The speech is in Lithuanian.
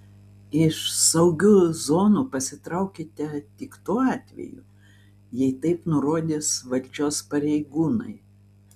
iš saugių zonų pasitraukite tik tuo atveju jei taip nurodys valdžios pareigūnai